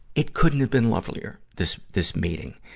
it couldn't have been lovelier, this, this meeting.